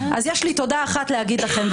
יש לי תודה אחת להגיד לכם,